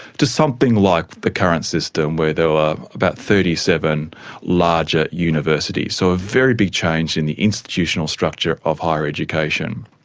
to something like the current system where there are about thirty seven larger universities. so a very big change in the institutional structure of higher education.